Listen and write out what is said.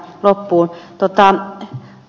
arvoisa puhemies